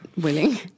willing